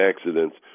accidents